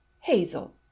hazel